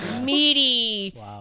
meaty